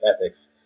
ethics